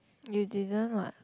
you didn't what